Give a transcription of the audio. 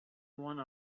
one